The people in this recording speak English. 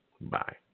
Bye